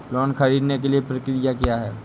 Loan ख़रीदने के लिए प्रक्रिया क्या है?